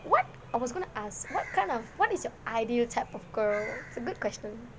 what I was going to ask what kind of what is your ideal type of girl it's a good question